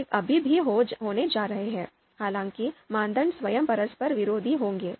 यह अभी भी होने जा रहा है हालांकि मानदंड स्वयं परस्पर विरोधी होंगे